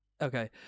Okay